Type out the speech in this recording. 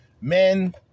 men